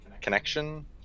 connection